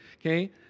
okay